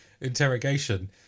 interrogation